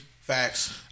Facts